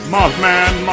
Mothman